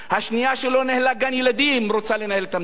השנייה, שלא ניהלה גן-ילדים, רוצה לנהל את המדינה.